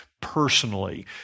personally